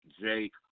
Jake